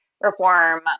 reform